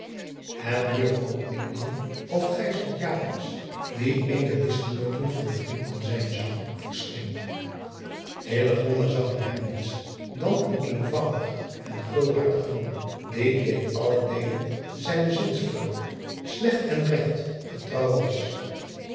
et duurde ook niet lang of die een der dischgenooten van den rietman zijn zou verscheen zag in hem niets dan een eenvoudig en gulhartig man die in allen deele zijner zinspreuk lieucht en jeucht lecht en egt getrouw was